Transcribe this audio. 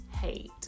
hate